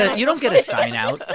you don't get a sign-out.